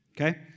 Okay